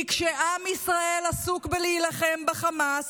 כי כשעם ישראל עסוק בלהילחם בחמאס,